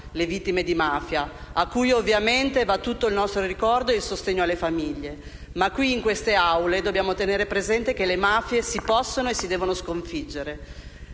le vittime di mafia, alle quali ovviamente va il nostro ricordo e il sostegno alle famiglie. Ma in queste Aule dobbiamo tenere presente che le mafie si possono e si devono sconfiggere.